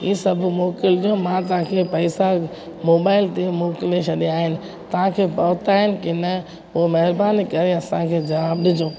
ई सभु मोकिलिजो मां तव्हांखे पैसा मोबाइल ते मोकिले छॾिया आहिनि तव्हांखे पहुता आहिनि की न उहो महिरबानी करे असांखे जवाबु ॾिजो